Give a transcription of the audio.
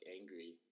angry